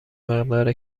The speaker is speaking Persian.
مقدار